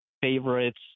favorites